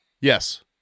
Yes